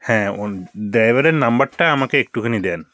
হ্যাঁ ড্রাইভারের নম্বরটা আমাকে একটুখানি দিন